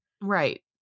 Right